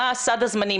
מה סד הזמנים.